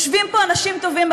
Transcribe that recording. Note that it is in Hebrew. יושבים פה אנשים טובים,